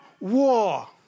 war